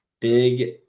Big